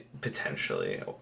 potentially